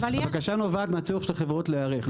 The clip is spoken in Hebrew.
אבל הבקשה נובעת מהצורך של החברות להיערך,